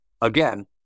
Again